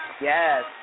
Yes